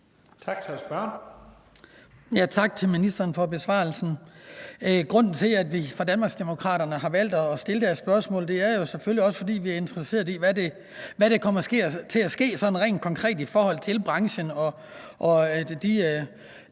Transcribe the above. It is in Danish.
Tak til ministeren for besvarelsen. Grunden til, at vi fra Danmarksdemokraternes side har valgt at stille det her spørgsmål, er, at vi selvfølgelig er interesseret i, hvad der kommer til at ske sådan rent konkret i forhold til branchen og de